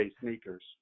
sneakers